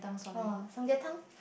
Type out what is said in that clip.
orh Samyang Tang